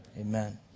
amen